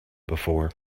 before